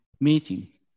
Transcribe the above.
meeting